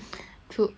true